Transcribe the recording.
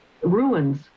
ruins